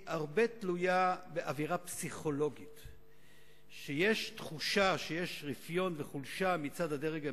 זה מעיד על, כפי שזה נתפס בצד הפלסטיני,